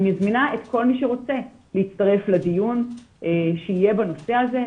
אני מזמינה את כל מי שרוצה להצטרף לדיון שיהיה בנושא הזה.